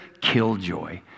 killjoy